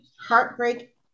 Heartbreak